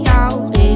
out